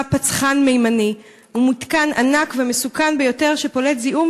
"פצחן מימני" מתקן ענק ומסוכן ביותר שפולט זיהום